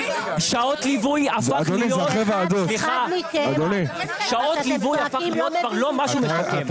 שעות ליווי הפכו להיות כבר לא משהו משקם.